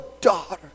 daughter